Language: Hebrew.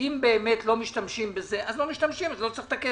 אם באמת לא משתמשים בזה אז לא משתמשים ולא צריך את הכסף.